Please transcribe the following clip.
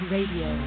Radio